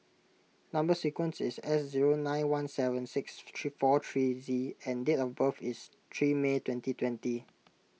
Number Sequence is S zero nine one seven six four three Z and date of birth is three May twenty twenty